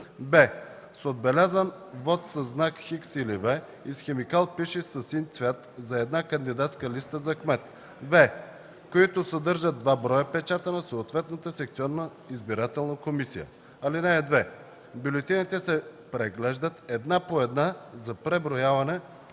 б) с отбелязан вот със знак „Х” или „V” и с химикал, пишещ със син цвят, за една кандидатска листа за кмет; в) които съдържат два броя печата на съответната секционна избирателна комисия. (2) Бюлетините се преглеждат една по една за преброяване